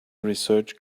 research